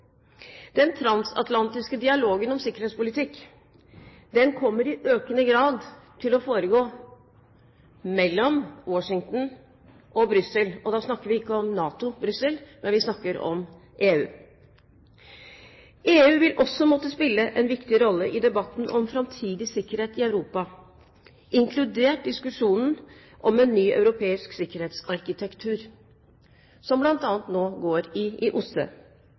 den transatlantiske dialogen om sikkerhetspolitikk i økende grad kommer til å foregå mellom Washington og Brussel. Da snakker vi ikke om NATO-Brussel, men vi snakker om EU. EU vil også måtte spille en viktig rolle i debatten om framtidig sikkerhet i Europa, inkludert diskusjonen om en ny europeisk sikkerhetsarkitektur, som bl.a. nå går i OSSE. I